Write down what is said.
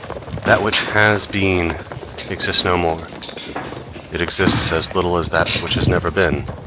that which has been exists no more it exists as little as that which has never been.